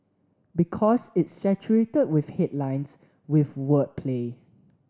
because it's saturated with headlines with wordplay